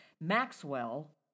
Maxwell